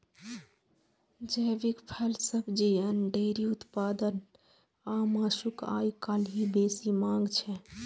जैविक फल, सब्जी, अन्न, डेयरी उत्पाद आ मासुक आइकाल्हि बेसी मांग छै